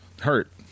hurt